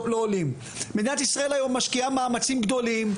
מדינת ישראל היום משקיעה מאמצים גדולים,